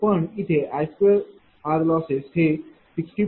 पण इथे I2R losses हे 60